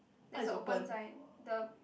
there's a open sign the